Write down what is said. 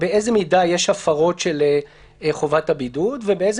באיזו מידה יש הפרות של חובת הבידוד ובאיזו